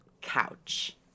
couch